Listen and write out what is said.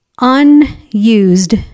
unused